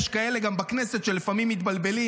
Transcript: יש כאלה גם בכנסת שלפעמים מתבלבלים